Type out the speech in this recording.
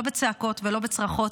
לא בצעקות ולא בצרחות,